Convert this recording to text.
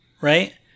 right